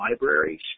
libraries